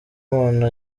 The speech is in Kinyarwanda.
umuntu